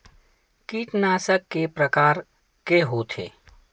कीटनाशक के प्रकार के होथे?